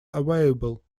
available